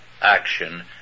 action